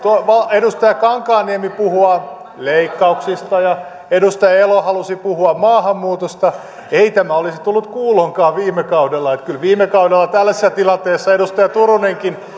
edustaja kankaanniemi puhua leikkauksista ja edustaja elo halusi puhua maahanmuutosta ei tämä olisi tullut kuuloonkaan viime kaudella kyllä viime kaudella tällaisessa tilanteessa edustaja turunenkin